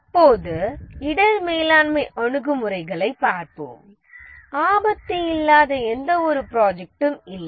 இப்போது இடர் மேலாண்மை அணுகுமுறைகளைப் பார்ப்போம் ஆபத்து இல்லாத எந்தவொரு ப்ராஜெக்ட்ம் இல்லை